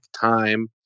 Time